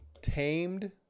tamed